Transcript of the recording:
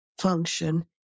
function